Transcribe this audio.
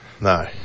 No